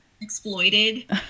exploited